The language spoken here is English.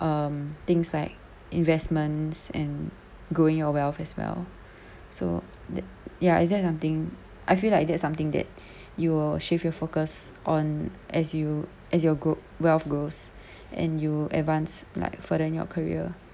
um things like investments and growing our wealth as well so that ya isn't something I feel like that's something that you shift your focus on as you as you will grow wealth grows and you advance like further in your career